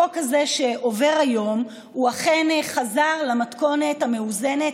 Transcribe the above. החוק הזה שעובר היום אכן חזר למתכונת המאוזנת,